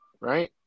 right